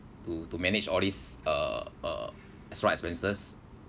to to manage all these uh uh extra expenses